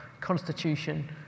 constitution